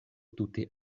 tute